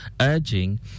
urging